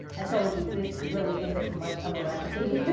i told you this really isn't much of a recipe,